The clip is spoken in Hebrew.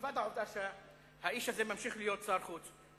מלבד העובדה שהאיש הזה ממשיך להיות שר החוץ,